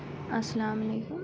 اَسلامُ علیکُم